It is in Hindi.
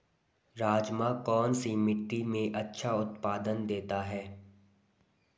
राजमा कौन सी मिट्टी में अच्छा उत्पादन देता है?